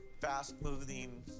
fast-moving